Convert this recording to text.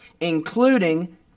including